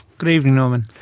good evening norman.